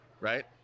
Right